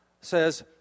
says